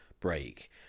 break